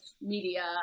media